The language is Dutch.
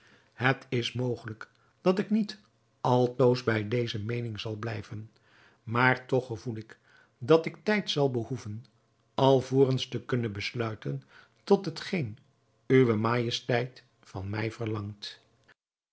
het is mogelijk dat ik niet altoos bij deze meening zal blijven maar toch gevoel ik dat ik tijd zal behoeven alvorens te kunnen besluiten tot hetgeen uwe majesteit van mij verlangt